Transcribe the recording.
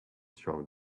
strong